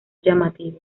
llamativo